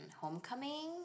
Homecoming